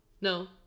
No